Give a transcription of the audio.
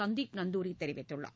சந்தீப் நந்தூரி தெரிவித்துள்ளார்